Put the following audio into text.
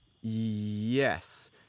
Yes